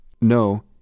No